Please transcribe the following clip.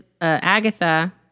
Agatha